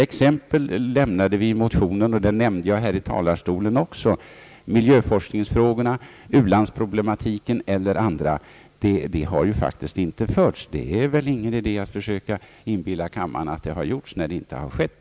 Exempel lämnade vi i motionen, och jag nämnde exempel också i talarstolen: miljöforskningsfrågorna, u-landsproblematiken och andra. Det är väl inte någon idé att försöka inbilla kammaren att dessa saker diskuterats, när det inte har skett.